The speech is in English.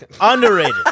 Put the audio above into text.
Underrated